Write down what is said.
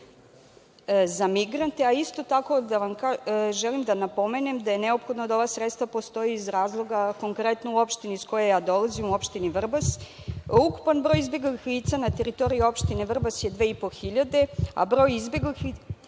za migrante, a isto tako želim da napomenem da je neophodno da ova sredstva postoje iz razloga konkretno u opštini iz koje ja dolazim, u opštini Vrbas, ukupan broj izbeglih lica na teritoriji opštine Vrbas je 2.500, a broj izbeglih